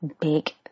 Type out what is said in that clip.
big